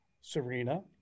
Serena